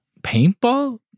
paintball